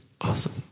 Awesome